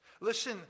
Listen